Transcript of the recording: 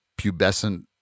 pubescent